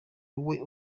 wowe